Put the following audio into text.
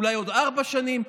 אולי עוד ארבע שנים,